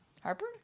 Harper